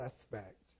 suspect